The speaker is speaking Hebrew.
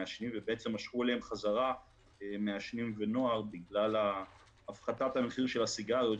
משכו אליהן חזרה מעשנים ונוער בגלל הפחתת המחיר של הסיגריות,